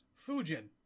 Fujin